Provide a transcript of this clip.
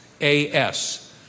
A-S